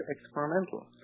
experimental